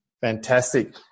Fantastic